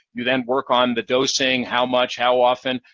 you then work on the dosing, how much, how often.